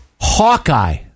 Hawkeye